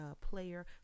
player